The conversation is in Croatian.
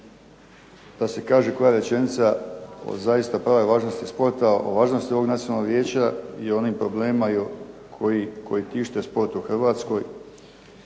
da se kaže koja rečenica o zaista pravoj važnosti sporta, o važnosti ovog nacionalnog vijeća i o onim problemima koji tište sport u Hrvatskoj.